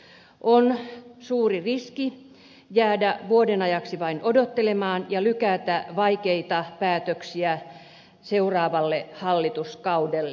on suuri riski jäädä vuoden ajaksi vain odottelemaan ja lykätä vaikeita päätöksiä seuraavalle hallituskaudelle